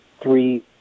three